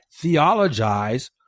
theologize